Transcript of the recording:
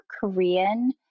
Korean